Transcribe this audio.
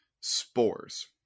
spores